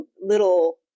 little